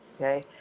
okay